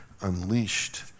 unleashed